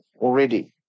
already